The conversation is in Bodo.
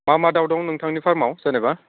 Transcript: मा मा दाउ दं नोंथांनि फार्मआव जेनेबा